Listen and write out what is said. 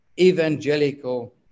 evangelical